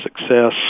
success